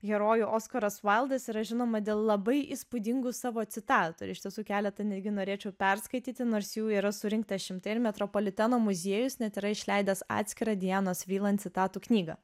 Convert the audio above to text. herojų oskaras vaildas yra žinoma dėl labai įspūdingų savo citatų ir iš tiesų keletą netgi norėčiau perskaityti nors jų yra surinkta šimtai ir metropoliteno muziejus net yra išleidęs atskirą dianos vriland citatų knygą